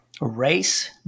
race